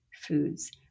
foods